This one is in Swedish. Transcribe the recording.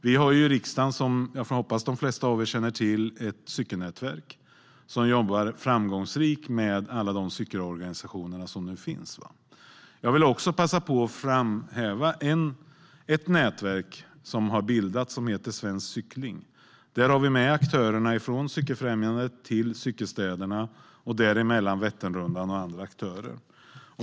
Vi har i riksdagen, som jag hoppas att de flesta av er känner till, ett cykelnätverk som jobbar framgångsrikt med alla de cykelorganisationer som finns. Jag vill också passa på att framhäva ett nätverk som har bildats som heter Svensk Cykling. Där har vi aktörer från Cykelfrämjandet till cykelstäderna. Däremellan finns Vätternrundan och andra aktörer.